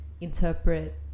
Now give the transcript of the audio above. interpret